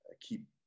keep